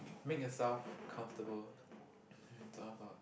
make yourself comfortable and talk about